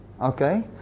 okay